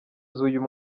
z’uyu